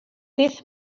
beth